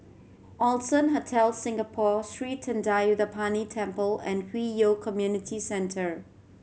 Allson Hotel Singapore Sri Thendayuthapani Temple and Hwi Yoh Community Centre